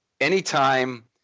anytime